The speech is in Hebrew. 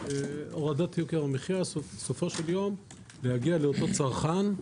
- הורדת יוקר המחיה בסופו של יום להגיע לאותו צרכן,